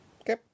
Okay